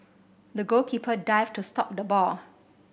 the goalkeeper dived to stop the ball